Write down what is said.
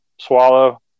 swallow